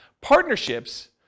Partnerships